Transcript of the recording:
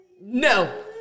No